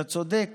אתה צודק